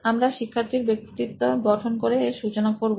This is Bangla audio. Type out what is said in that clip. আমরা শিক্ষার্থীর ব্যক্তিত্ব গঠন করে এর সূচনা করবো